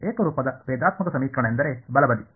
ಏಕರೂಪದ ಭೇದಾತ್ಮಕ ಸಮೀಕರಣ ಎಂದರೆ ಬಲಬದಿ